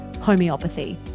homeopathy